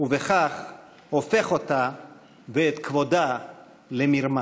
ובכך הופך אותה ואת כבודה למרמס.